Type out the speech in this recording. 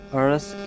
earth